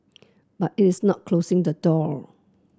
but it is not closing the door